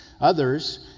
Others